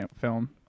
film